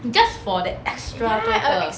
just for that extra 多一个